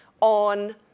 on